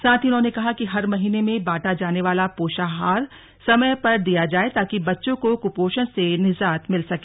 साथ ही उन्होंने कहा कि हर महीने में बाटा जाने वाला पोषाहार समय पर दिया जाय ताकि बच्चों को कुपोषण से निजात मिल सके